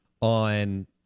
on